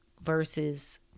versus